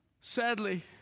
Sadly